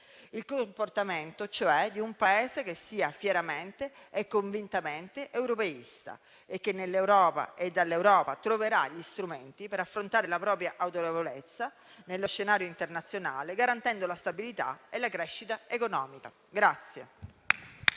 Il comportamento, cioè, di un Paese che sia fieramente e convintamente europeista e che nell'Europa e dall'Europa troverà gli strumenti per affermare la propria autorevolezza, nello scenario internazionale, garantendo la stabilità e la crescita economica.